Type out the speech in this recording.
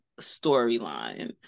storyline